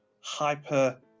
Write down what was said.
hyper